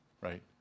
right